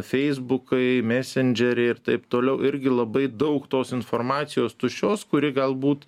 feisbukai mesendžeriai ir taip toliau irgi labai daug tos informacijos tuščios kuri galbūt